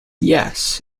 yes